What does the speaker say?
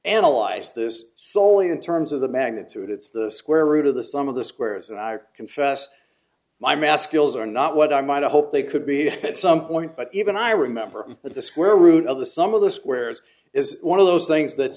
analyzed this slowly in terms of the magnitude it's the square root of the sum of the squares and i confess my mask ills are not what i might hope they could be at some point but even i remember that the square root of the sum of the squares is one of those things that